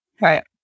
right